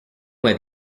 where